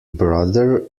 brother